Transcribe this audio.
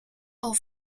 board